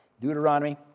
Deuteronomy